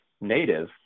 native